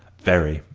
very!